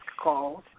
calls